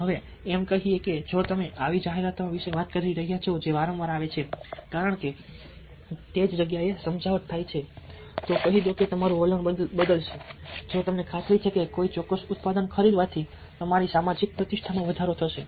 હવે એમ કહીએ કે જો તમે એવી જાહેરાતો વિશે વાત કરી રહ્યા છો જે વારંવાર આવે છે કારણ કે તે જ જગ્યાએ સમજાવટ થાય છે તો કહી દો કે તમારું વલણ બદલાશે જો તમને ખાતરી છે કે કોઈ ચોક્કસ ઉત્પાદન ખરીદવાથી તમારી સામાજિક પ્રતિષ્ઠામાં વધારો થશે